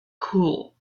cool